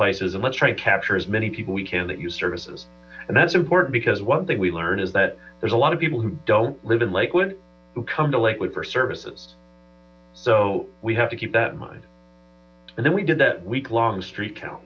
and capture as many people w can that use services and that's important because one thing we learn is that there's a lot of people who don't live in lakewood who come to lakewood for services so we have to keep that in mind and then we did that week long street count